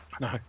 No